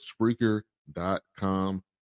spreaker.com